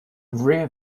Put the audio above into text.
rare